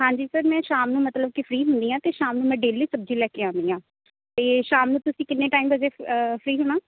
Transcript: ਹਾਂਜੀ ਸਰ ਮੈਂ ਸ਼ਾਮ ਨੂੰ ਮਤਲਬ ਕਿ ਫ੍ਰੀ ਹੁੰਦੀ ਹਾਂ ਅਤੇ ਸ਼ਾਮ ਨੂੰ ਮੈਂ ਡੇਲੀ ਸਬਜ਼ੀ ਲੈ ਕੇ ਆਉਂਦੀ ਹਾਂ ਅਤੇ ਸ਼ਾਮ ਨੂੰ ਤੁਸੀਂ ਕਿੰਨੇ ਟਾਈਮ ਵਜੇ ਫਰੀ ਹੋਣਾ